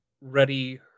ready